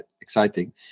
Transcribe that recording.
exciting